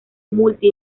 multi